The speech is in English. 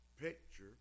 picture